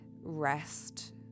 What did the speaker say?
rest